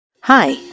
Hi